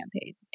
campaigns